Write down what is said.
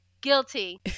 guilty